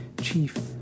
chief